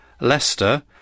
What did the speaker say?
Leicester